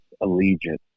allegiance